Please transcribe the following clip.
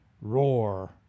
Roar